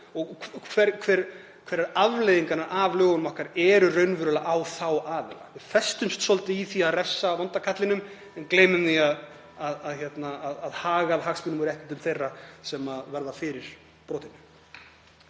og hverjar afleiðingarnar af lögunum okkar eru raunverulega fyrir þá aðila. Við festumst svolítið í því að refsa vonda kallinum en gleymum því að huga að hagsmunum og réttindum þeirra sem verða fyrir brotunum.